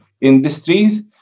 industries